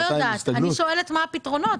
אני שואלת מה הפתרונות,